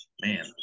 man